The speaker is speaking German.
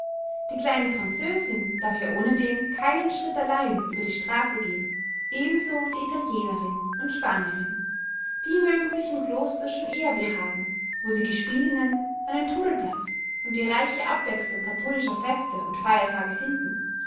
die kleine französin darf ja ohnedem keinen schritt allein über die straße gehn ebenso die italienerin und spanierin die mögen sich im kloster schon eher behagen wo sie gespielinnen einen tummelplatz und die reiche abwechselung katholischer feste und feiertage finden